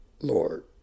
Lord